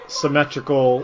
symmetrical